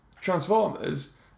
Transformers